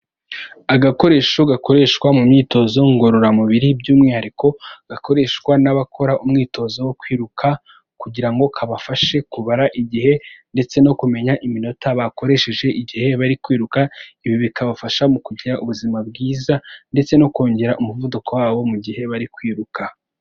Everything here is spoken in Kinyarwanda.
Agakoresho gakoreshwa mu myitozo ngororamubiri by'umwihariko gakoreshwa n'abakora umwitozo wo kwiruka kugira ngo kabafashe kubara igihe ndetse no kumenya iminota bakoresheje igihe bari kwiruka, ibi bikabafasha mu kugira ubuzima bwiza ndetse no kongera umuvuduko wabo mu gihe bari kwiruka.